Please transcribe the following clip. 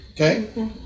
okay